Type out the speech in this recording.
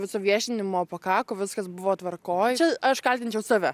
viso viešinimo pakako viskas buvo tvarkoj čia aš kaltinčiau save